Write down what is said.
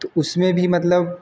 तो उसमें भी मतलब